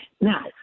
Now